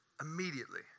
Immediately